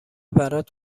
برات